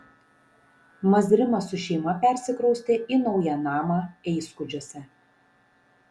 mazrimas su šeima persikraustė į naują namą eiskudžiuose